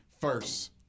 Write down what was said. first